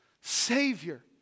savior